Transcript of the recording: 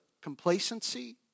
complacency